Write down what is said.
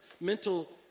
mental